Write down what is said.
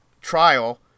trial